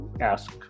ask